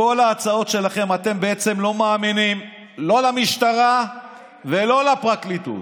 בכל ההצעות שלכם אתם בעצם לא מאמינים לא למשטרה ולא לפרקליטות.